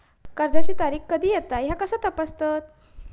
कर्जाची तारीख कधी येता ह्या कसा तपासतत?